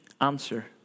answer